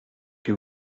que